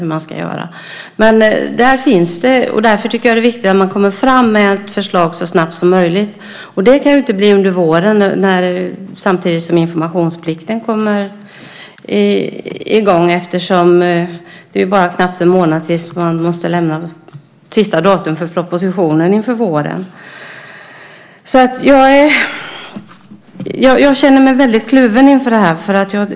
Jag tycker att det är viktigt att man kommer fram med ett förslag så snabbt som möjligt. Och det kan ju inte bli under våren samtidigt som informationsplikten kommer i gång. Det är ju bara knappt en månad till sista datum för att lämna propositioner under våren. Jag känner mig väldigt kluven inför det här.